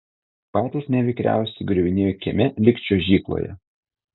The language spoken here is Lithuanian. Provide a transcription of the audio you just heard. patys nevikriausi griuvinėjo kieme lyg čiuožykloje